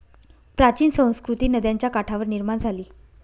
प्राचीन संस्कृती नद्यांच्या काठावर निर्माण झाली